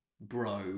bro